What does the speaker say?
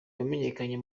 wamenyekanye